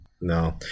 No